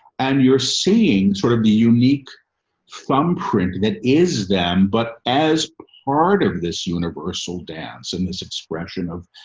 and you're seeing sort of the unique thumbprint that is them. but as part of this universal dance and this expression of,